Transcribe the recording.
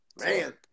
Man